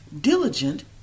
Diligent